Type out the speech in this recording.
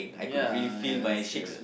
ya